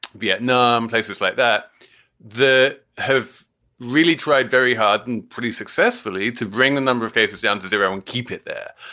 vietnam, places like that that have really tried very hard and pretty successfully to bring the number of cases down to zero and keep it there.